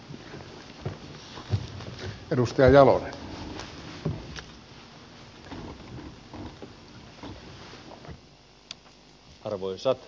arvoisat puhemiehet